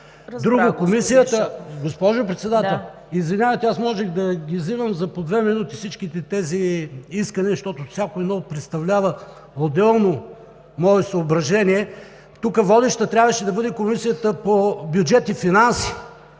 Да. ПАВЕЛ ШОПОВ: …извинявайте, аз можех да ги взимам за по две минути всичките тези искания, защото всяко едно представлява отделно мое съображение. Тук водеща трябваше да бъде Комисията по бюджет и финанси,